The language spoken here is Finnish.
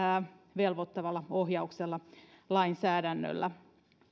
velvoittavalla ohjauksella lainsäädännöllä